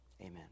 Amen